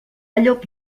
llop